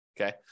Okay